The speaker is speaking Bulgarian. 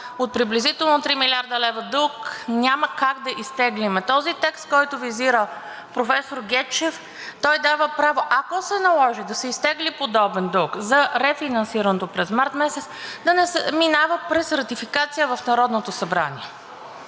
от приблизително 3 млрд. лв. дълг, няма как да изтеглим. Този текст, който визира професор Гечев, дава право, ако се наложи, да се изтегли подобен дълг за рефинансирането през март месец и да не се минава през ратификация в Народното събрание.